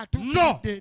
No